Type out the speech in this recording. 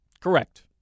Correct